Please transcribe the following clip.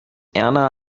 erna